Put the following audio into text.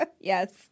Yes